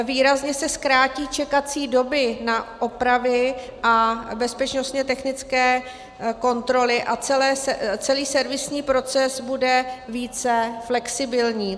Výrazně se zkrátí čekací doby na opravy a bezpečnostně technické kontroly a celý servisní proces bude více flexibilní.